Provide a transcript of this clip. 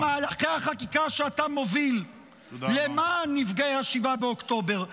על מהלכי החקיקה שאתה מוביל למען נפגעי 7 באוקטובר.